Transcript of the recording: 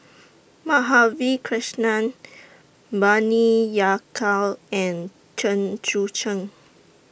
Madhavi Krishnan Bani Yakal and Chen Sucheng